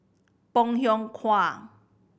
Bong Hiong Hwa